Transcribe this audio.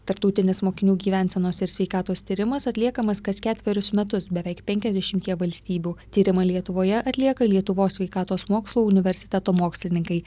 tarptautinis mokinių gyvensenos ir sveikatos tyrimas atliekamas kas ketverius metus beveik penkiasdešimtyje valstybių tyrimą lietuvoje atlieka lietuvos sveikatos mokslų universiteto mokslininkai